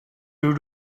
due